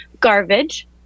garbage